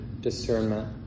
discernment